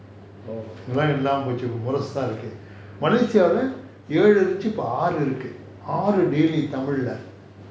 இதுல இப்போ இல்லாம போச்சி இப்போ முரசு தான் இருக்கு:ithula ippo illama pochi ippo murasu thaan iruku malaysia leh ஏழு இருந்துச்சி இப்போ ஆறு தான் இருக்கு ஆறு:ezhu irunthuchi ippo aaru thaan iruku aaru daily tamil leh tamil